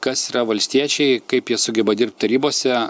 kas yra valstiečiai kaip jie sugeba dirbt tarybose